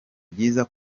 byiza